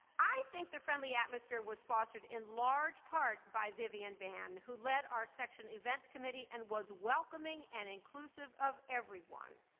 i think the friendly atmosphere was fostered in large part by vivian ban, who led our section events committee and was welcoming and inclusive of everyone.